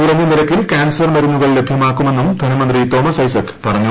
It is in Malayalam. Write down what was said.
കുറഞ്ഞ നിരക്കിൽ കാൻസർ മരുന്നുകൾ ലഭ്യമാക്കുമെന്നും ധനമന്ത്രി തോമസ് ഐസക് പറഞ്ഞു